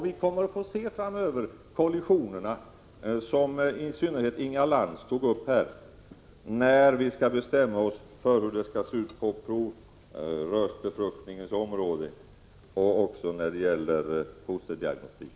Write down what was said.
Vi kommer framöver — vilket i synnerhet Inga Lantz tog upp — att få se kollisioner, när vi skall bestämma oss för hur det skall se ut på provrörsbefruktningens område och också när det gäller fosterdiagnostik.